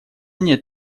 нет